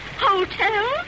Hotel